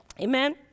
amen